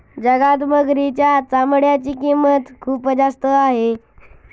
जगात मगरीच्या चामड्याची किंमत खूप जास्त आहे